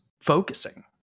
focusing